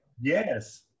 Yes